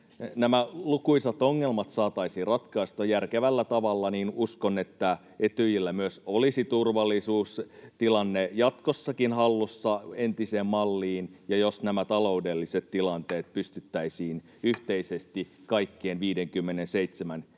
nämä lukuisat ongelmat saataisiin ratkaistua järkevällä tavalla, niin uskon, että Etyjillä myös olisi turvallisuustilanne jatkossakin hallussa entiseen malliin, ja jos nämä taloudelliset tilanteet pystyttäisiin yhteisesti kaikkien 57